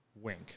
Wink